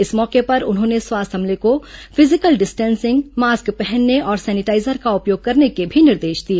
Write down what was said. इस मौके पर उन्होंने स्वास्थ्य अमले को फिजिकल डिस्टेसिंग मास्क पहनने और सेनिटाईजर का उपयोग करने के भी निर्देश दिए